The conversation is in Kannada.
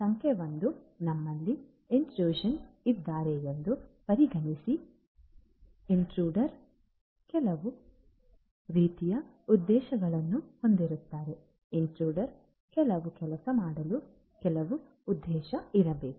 ಸಂಖ್ಯೆ 1 ನಮ್ಮಲ್ಲಿ ಇಂಟ್ರುಷನ್ ಇದ್ದಾರೆ ಎಂದು ಪರಿಗಣಿಸಿ ಆದ್ದರಿಂದ ಇಂಟ್ರುಡರ್ ಕೆಲವು ರೀತಿಯ ಉದ್ದೇಶವನ್ನು ಹೊಂದಿರುತ್ತಾರೆ ಇಂಟ್ರುಡಾರ್ ಕೆಲವು ಕೆಲಸ ಮಾಡಲು ಕೆಲವು ಉದ್ದೇಶ ಇರಬೇಕು